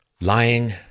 Lying